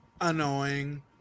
annoying